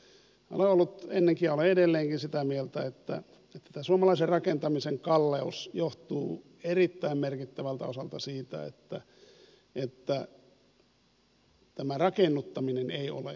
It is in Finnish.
olen ollut ennenkin ja olen edelleenkin sitä mieltä että tämä suomalaisen rakentamisen kalleus johtuu erittäin merkittävältä osalta siitä että tämä rakennuttaminen ei ole oikein hanskassa